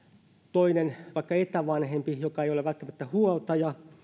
toinen vaikka etävanhempi joka ei ole välttämättä huoltaja